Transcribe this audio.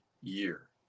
year